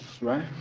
Right